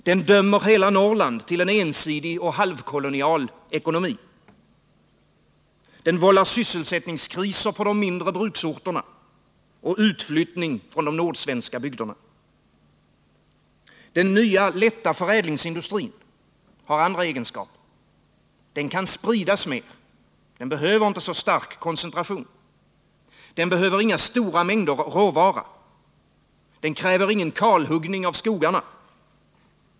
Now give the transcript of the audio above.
Den dömer hela Norrland till en ensidig och halvkolonial ekonomi. Den vållar sysselsättningskriser på de mindre bruksorterna och utflyttning från de nordsvenska bygderna. Den nya, lätta förädlingsindustrin har andra egenskaper. Den kan spridas mer; den behöver inte så stark koncentration. Den behöver inga stora mängder råvara. Den kräver ingen kalhuggning av skogarna.